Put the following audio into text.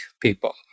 people